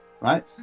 right